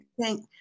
Thank